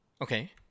Okay